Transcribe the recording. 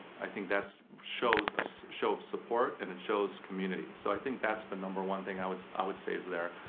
i think that shows a so show of support and it shows community. so i think that's the number one thing i would i would say is there.